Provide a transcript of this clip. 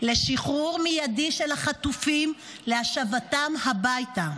לשחרור מיידי של החטופים, להשבתם הביתה.